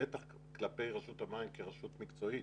בטח כלפי רשות המים כרשות מקצועית,